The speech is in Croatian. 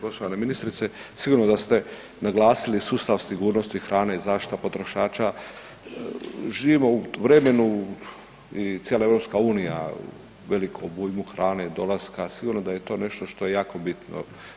Poštovana ministrice, sigurno da ste naglasili sustav sigurnosti hrane i zaštita potrošača, živimo u vremenu i cijela EU, velikom obujmu hrane, dolaska, sigurno da je to nešto što je jako bitno.